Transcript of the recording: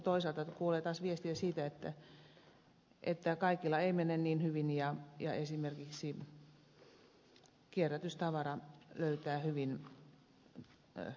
toisaalta kuulee taas viestiä siitä että kaikilla ei mene niin hyvin ja esimerkiksi kierrätystavara löytää hyvin käyttäjänsä